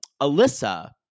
Alyssa